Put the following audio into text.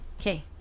Okay